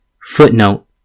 Footnote